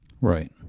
Right